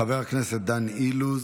חבר הכנסת דן אילוז,